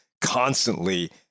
constantly